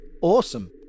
Awesome